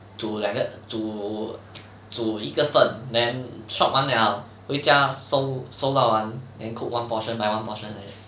煮两个煮煮一个份 then shop 完了回家瘦瘦到完 then cook one portion buy one portion like that